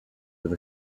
with